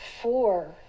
four